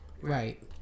right